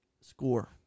score